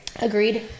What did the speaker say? Agreed